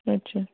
اَچھا